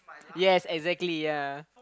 yes exactly yea